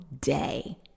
day